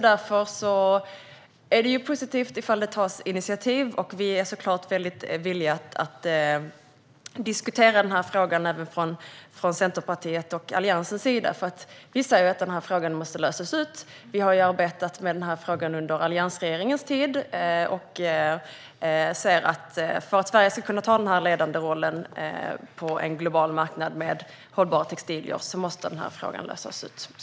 Därför är det positivt om det tas initiativ, och från Centerpartiets och Alliansens sida är vi såklart villiga att diskutera frågan. Vi har arbetat med den under alliansregeringens tid och ser att den måste lösas för att Sverige ska kunna ta en ledande roll på en global marknad för hållbara textilier.